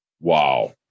Wow